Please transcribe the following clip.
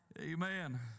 Amen